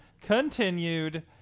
continued